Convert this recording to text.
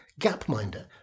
Gapminder